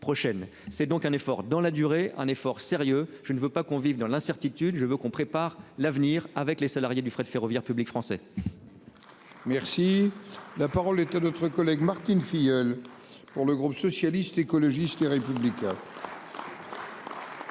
C'est donc un effort dans la durée, un effort sérieux. Je ne veux pas qu'on vive dans l'incertitude. Je veux qu'on prépare l'avenir avec les salariés du fret ferroviaire public français. Merci la parole est à notre collègue Martine Filleul pour le groupe socialiste, écologiste et républicain.